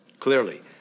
Clearly